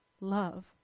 love